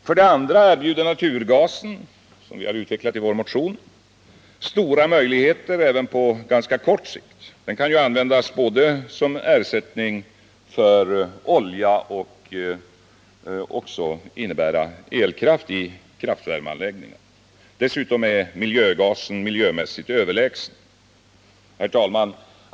För det andra erbjuder naturgasen — som vi utvecklat i vår motion — stora möjligheter även på ganska kort sikt. Den kan ju både användas som ersättning för olja och producera elkraft i kraftvärmeanläggningar. Dessutom är naturgasen miljömässigt överlägsen. Herr talman!